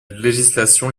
législation